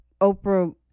Oprah